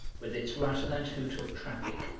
with its rattle and hoot of traffic,